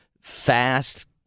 fast